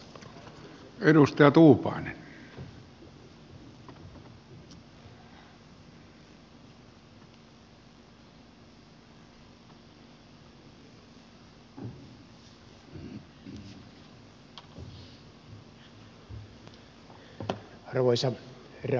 arvoisa herra puhemies